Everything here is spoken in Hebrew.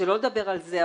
שלא לדבר על זה.